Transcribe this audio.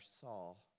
Saul